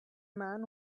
man